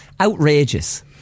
Outrageous